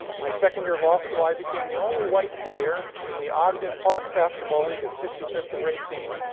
my second year of law school, i became the only white player in the ogden park basketball league at sixty fifth and racine.